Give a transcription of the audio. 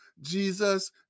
Jesus